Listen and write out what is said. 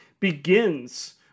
begins